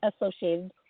associated